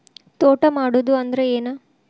ತೋಟ ಮಾಡುದು ಅಂದ್ರ ಏನ್?